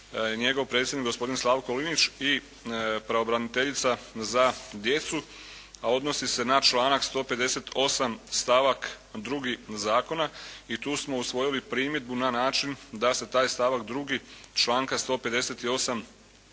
njegov predsjednik gospodin Slavko Linić i pravobraniteljica za djecu a odnosi se na članak 158. stavak 2. zakona i tu smo usvojili primjedbu na način da se taj stavak 2. članka 158.